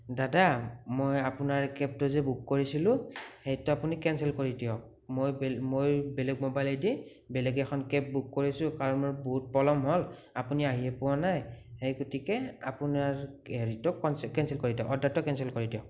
দাদা মই আপোনাৰ কেবটো যে বুক কৰিছিলোঁ সেইটো আপুনি কেঞ্চেল কৰি দিয়ক মই বে মই বেলেগ ম'বাইলেদি বেলেগ এখন কেব বুক কৰিছোঁ কাৰণ মোৰ বহুত পলম হ'ল আপুনি আহি পোৱা নাই সেই গতিকে আপোনাৰ হেৰিটো কঞ্চে কেঞ্চেল কৰি দিয়ক অৰ্ডাৰটো কেঞ্চেল কৰি দিয়ক